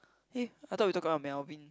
hey I thought we're talking about Melvin